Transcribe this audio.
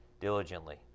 diligently